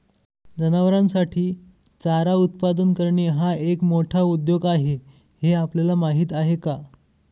जनावरांसाठी चारा उत्पादन करणे हा एक मोठा उद्योग आहे हे आपल्याला माहीत आहे का?